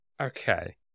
Okay